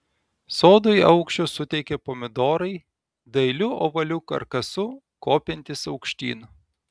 sodui aukščio suteikia pomidorai dailiu ovaliu karkasu kopiantys aukštyn